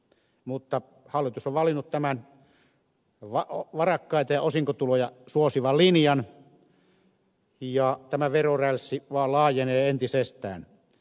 mutta hallitus on valinnut tämän varakkaita ja osinkotuloja suosivan linjan ja tämä verorälssi vaan laajenee entisestään